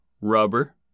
Rubber